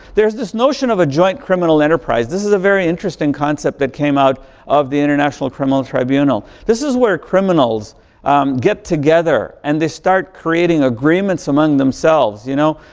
there's this notion of a joint criminal enterprise. this is a very interesting concept that came out of the international criminal tribunal. this is where criminals get together and they start creating agreements amongst themselves, you know,